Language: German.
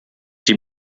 die